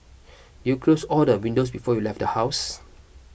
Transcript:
did you close all the windows before you left the house